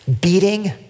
beating